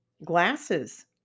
glasses